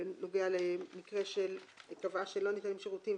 בנוגע למקרה שהיא קבעה שלא ניתנים שירותים,